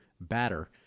batter